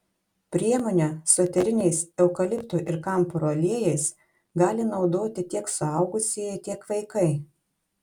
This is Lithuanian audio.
priemonę su eteriniais eukaliptų ir kamparo aliejais gali naudoti tiek suaugusieji tiek vaikai